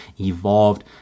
evolved